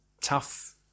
tough